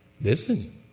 Listen